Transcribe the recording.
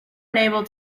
unable